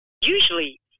usually